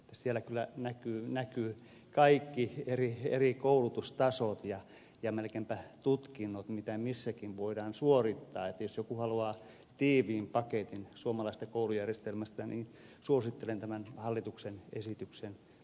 siellä kyllä näkyvät kaikki eri koulutustasot ja melkeinpä tutkinnotkin mitä missäkin voidaan suorittaa että jos joku haluaa tiiviin paketin suomalaisesta koulujärjestelmästä niin suosittelen tämän hallituksen esityksen lukemista